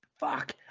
fuck